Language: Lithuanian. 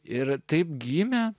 ir taip gimė